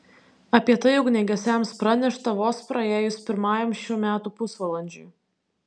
apie tai ugniagesiams pranešta vos praėjus pirmajam šių metų pusvalandžiui